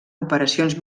operacions